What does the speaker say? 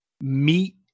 meet